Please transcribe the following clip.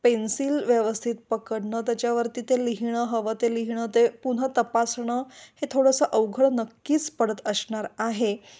pencil व्यवस्थित पकडणं त्याच्यावरती ते लिहिणं हवं ते लिहिणं ते पुन्हा तपासणं हे थोडंसं अवघड नक्कीच पडत असणार आहे